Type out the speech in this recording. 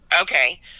Okay